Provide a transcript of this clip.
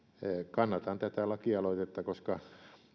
kannatan tätä lakialoitetta koska